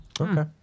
Okay